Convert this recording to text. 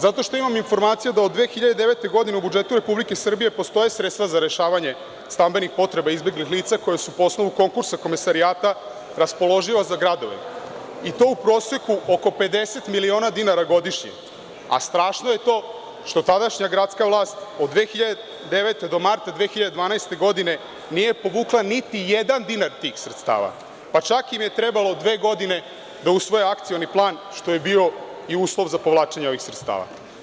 Zato što imam informaciju da od 2009. godine u budžetu Republike Srbije postoje sredstva za rešavanje stambenih potreba izbeglih lica koja su po osnovu konkursa Komesarijata raspoloživa za gradove i to u proseku oko 50 miliona dinara godišnje, a strašno je to što tadašnja gradska vlast od 2009. do marta 2012. godine nije povukla niti jedan dinar tih sredstava, pa čak su im trebale dve godine da usvoje Akcioni plan što je bio uslov za povlačenje ovih sredstava.